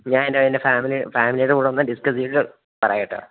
ഞാന് എൻ്റെ ഫാമിലി ഫാമിലിയുടെ കൂടെയൊന്ന് ഡിസ്കസ് ചെയ്തിട്ട് പറയാം കേട്ടോ